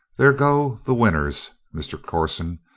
there go the winners, mr. corson.